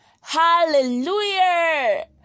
Hallelujah